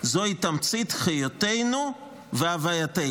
ומתנכרת זוהי תמצית חיותנו והווייתנו.